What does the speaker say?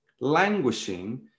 Languishing